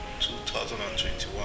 2021